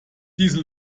diese